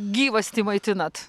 gyvastį maitinat